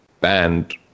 banned